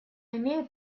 имеет